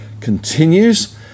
continues